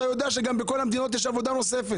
אתה יודע שבכול המדינות יש גם עבודה נוספת.